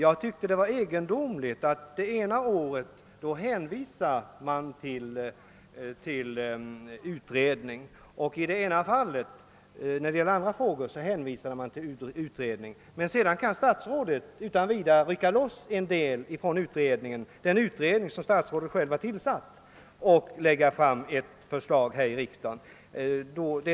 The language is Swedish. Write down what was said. Jag tyckte det var egendomligt att man det ena året när det gällde liknande frågor hänvisade till den pågående utredningen och att statsrådet det andra året utan vidare kunde rycka loss en del frågor från den utredning som statsrådet själv tillsatt och lägga fram ett förslag här i riksdagen i dessa frågor.